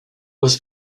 was